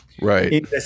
Right